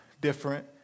different